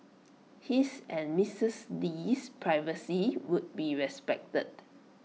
his and misses Lee's privacy would be respected